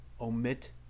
Omit